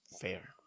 Fair